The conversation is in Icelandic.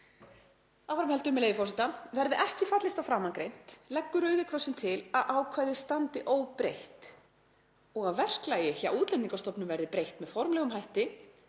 Áfram heldur, með leyfi forseta: „Verði ekki fallist á framangreint leggur Rauði krossinn til að ákvæðið standi óbreytt og að verklagi hjá Útlendingastofnun verði breytt, með formlegum hætti,